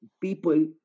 people